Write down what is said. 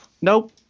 nope